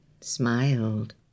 smiled